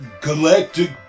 Galactic